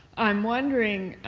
i'm wondering,